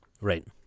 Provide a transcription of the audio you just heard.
Right